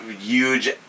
huge